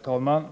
Herr talman!